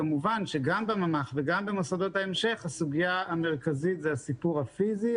כמובן שגם בממ"ח וגם במוסדות ההמשך הסוגיה המרכזית היא הסיפור הפיזי,